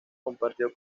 compartió